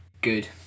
good